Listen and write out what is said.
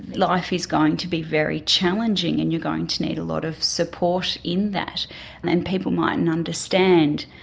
life is going to be very challenging and you're going to need a lot of support in that and people mightn't understand.